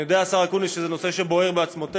אני יודע, השר אקוניס, שזה נושא שבוער בעצמותיך,